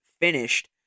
finished